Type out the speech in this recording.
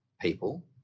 people